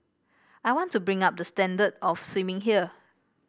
I want to bring up the standard of swimming here